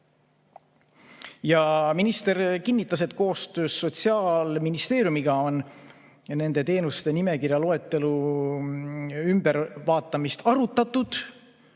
Minister kinnitas, et koostöös Sotsiaalministeeriumiga on nende teenuste nimekirja loetelu ümbervaatamist arutatud